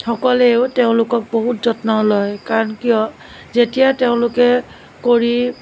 সকলেও তেওঁলোকক বহুত যত্ন লয় কাৰণ কিয় যেতিয়া তেওঁলোকে কৰি